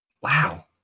wow